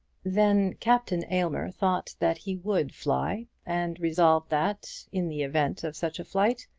then captain aylmer thought that he would fly, and resolved that, in the event of such flight,